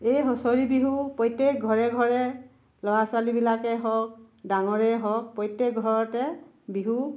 এই হুঁচৰি বিহু প্ৰত্যেক ঘৰে ঘৰে ল'ৰা ছোৱালীবিলাকে হওক ডাঙৰে হওক প্ৰত্যেক ঘৰতে বিহু